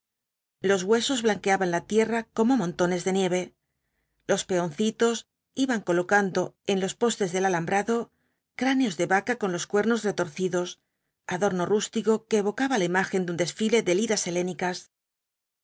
los huesos blanqueaban la tierra como montones de nieve los peoneitos iban colocando en los postes del alambrado cráneos de vaca con los cuernos retorcidos adorno rústico que evocaba la imagen de un desfile de liras helénicas